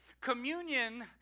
communion